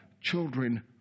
children